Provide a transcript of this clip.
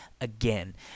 again